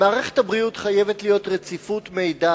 במערכת הבריאות חייבת להיות רציפות מידע